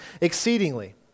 exceedingly